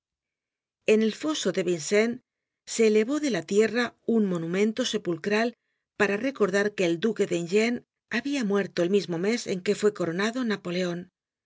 en el foso de vincennes se elevó de la tierra un monumento sepulcral para recordar que el duque de enghien habia muerto el mismo mes en que fue coronado napoleon